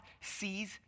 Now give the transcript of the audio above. sees